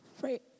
Right